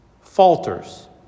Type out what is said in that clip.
falters